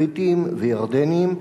בריטיים וירדניים.